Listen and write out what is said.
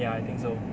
ya I think so